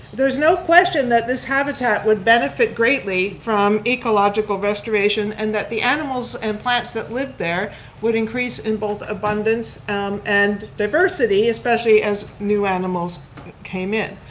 there's no question that this habitat would benefit greatly from ecological restoration and that the animals and plants that live there would increase in both abundance and and diversity, especially as new animals came in,